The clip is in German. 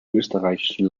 österreichischen